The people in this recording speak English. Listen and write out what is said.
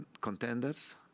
contenders